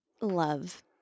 love